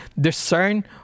Discern